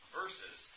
versus